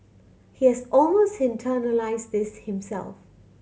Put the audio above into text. he has almost internalised this himself